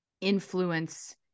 influence